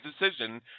decision